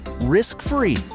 Risk-free